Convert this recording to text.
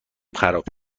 خراب